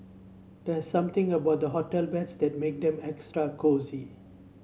there's something about the hotel beds that make them extra cosy